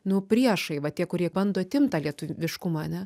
nu priešai va tie kurie bando atimt tą lietuviškumą